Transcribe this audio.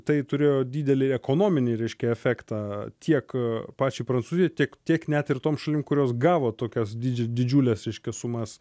tai turėjo didelį ekonominį reiškia efektą tiek pačiai prancūzijai tiek tiek net ir tom šalim kurios gavo tokias didž didžiules reiškia sumas